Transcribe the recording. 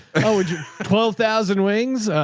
oh twelve thousand wings.